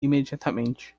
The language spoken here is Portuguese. imediatamente